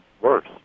worse